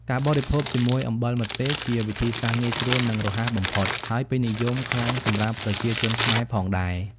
ការបរិភោគជាមួយអំបិលម្ទេស ជាវិធីសាស្ត្រងាយស្រួលនិងរហ័សបំផុត ហើយពេញនិយមខ្លាំងសម្រាប់ប្រជាជនខ្មែរផងដែរ។